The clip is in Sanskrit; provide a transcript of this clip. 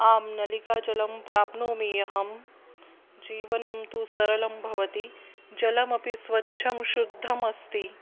आं नलिकाजलं प्राप्नोमि अहं जीवनं तु सरलं भवति जलमपि स्वच्छं शुद्धमस्ति